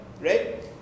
right